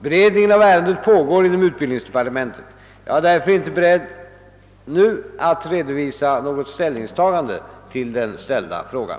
Beredningen av ärendet pågår inom utbildningsdepartementet. Jag är därför inte nu beredd att re dovisa något ställningstagande till den ställda frågan.